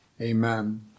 amen